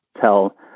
tell